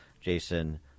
jason